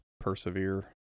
persevere